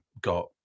got